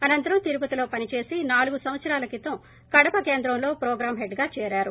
అనంతరం తిరుపతిలో పని చేసి నాలుగు సంవత్సరాల క్రితం కడప కేంద్రంలో ప్రొగ్రామ్ హెడ్గా చేరారు